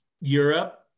Europe